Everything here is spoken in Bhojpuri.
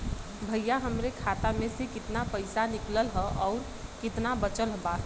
भईया हमरे खाता मे से कितना पइसा निकालल ह अउर कितना बचल बा?